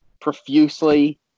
profusely